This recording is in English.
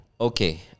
okay